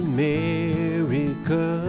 America